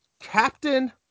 captain